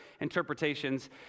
Interpretations